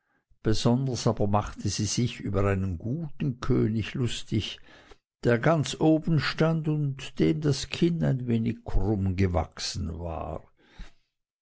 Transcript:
besonders aber machte sie sich über einen guten könig lustig der ganz oben stand und dem das kinn ein wenig krumm gewachsen war